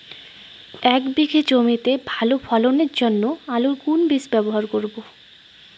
এক বিঘে জমিতে ভালো ফলনের জন্য আলুর কোন বীজ ব্যবহার করব?